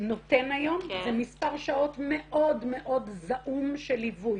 זה מספר שעות מאוד מאוד זעום של ליווי.